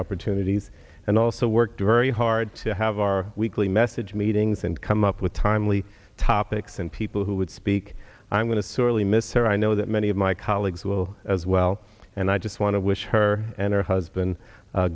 opportunities and also work very hard to have our weekly message meetings and come up with timely topics and people who would speak i'm going to sorely miss her i know that many of my colleagues will as well and i just want to wish her and her husband